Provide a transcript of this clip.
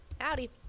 Howdy